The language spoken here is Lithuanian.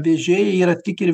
vėžiai yra tik ir